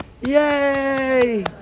yay